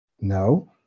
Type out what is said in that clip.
No